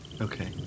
Okay